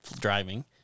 driving